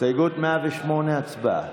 הסתייגות 108, הצבעה.